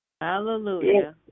Hallelujah